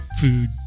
food